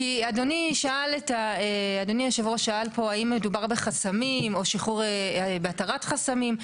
כי אדוני יושב הראש שאל פה האם מדובר בחסמים או בהתרת חסמים.